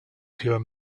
pure